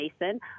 Mason